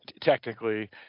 technically